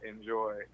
enjoy